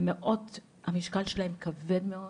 והמשקל שלהם כבד מאוד,